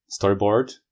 storyboard